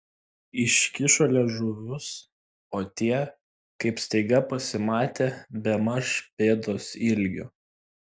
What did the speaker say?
iškišo liežuvius o tie kaip staiga pasimatė bemaž pėdos ilgio